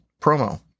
promo